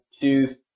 choose